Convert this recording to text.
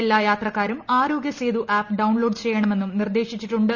എല്ലാ യാത്രക്കാരും Aarogya Setu app download ചെയ്യണമെന്നും നിർദ്ദേശിച്ചിട്ടുണ്ട്